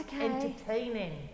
entertaining